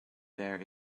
there